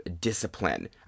discipline